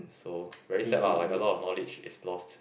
so very sad lah like a lot of knowledge is lost